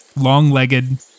long-legged